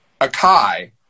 Akai